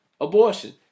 abortion